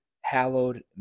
hallowed